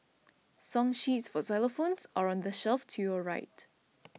song sheets for xylophones are on the shelf to your right